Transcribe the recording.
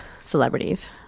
celebrities